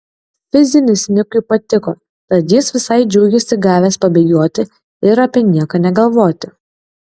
fizinis nikui patiko tad jis visai džiaugėsi gavęs pabėgioti ir apie nieką negalvoti